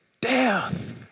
death